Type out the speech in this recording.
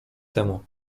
temu